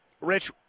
Rich